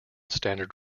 standard